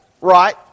Right